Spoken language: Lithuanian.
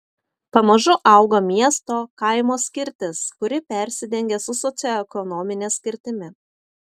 pamažu auga miesto kaimo skirtis kuri persidengia su socioekonomine skirtimi